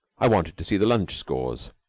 i wanted to see the lunch scores.